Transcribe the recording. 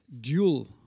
dual